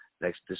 next